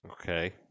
Okay